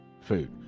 food